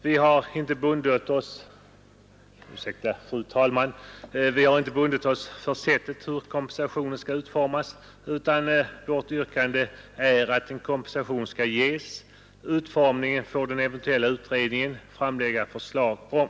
Vi har inte, fru talman, bundit oss för sättet hur kompensa tionen skall utformas, utan vårt yrkande är att en kompensation skall ges; utformningen får den eventuella utredningen framlägga förslag om.